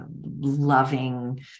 loving